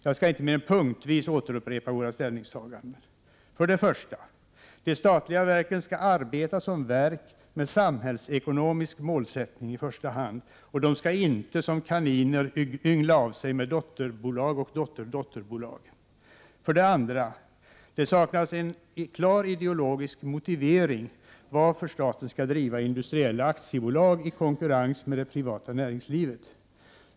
Jag skall inte mer än punktvis upprepa våra ställningstaganden: 1. De statliga verken skall arbeta som verk med en samhällsekonomisk målsättning i första hand. De skall inte som kaniner yngla av sig med dotterbolag och dotterdotterbolag. 2. Det saknas en klar ideologisk motivering till att staten skall driva industriella aktiebolag i konkurrens med det privata näringslivet.